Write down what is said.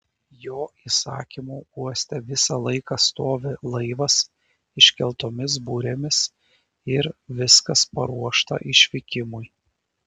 jo įsakymu uoste visą laiką stovi laivas iškeltomis burėmis ir viskas paruošta išvykimui